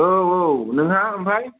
औ औ नोंहा ओमफ्राय